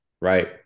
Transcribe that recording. right